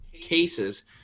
cases